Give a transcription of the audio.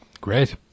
Great